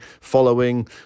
following